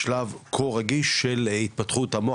בשלב כה רגיש של התפתחות המוח,